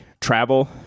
travel